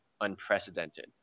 unprecedented